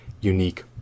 unique